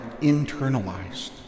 internalized